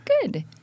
good